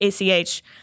ACH